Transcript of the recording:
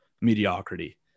mediocrity